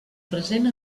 present